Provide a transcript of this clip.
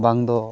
ᱵᱟᱝᱫᱚ